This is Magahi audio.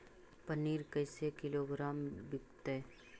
पनिर कैसे किलोग्राम विकतै?